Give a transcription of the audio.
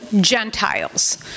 Gentiles